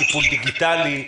טיפול דיגיטלי,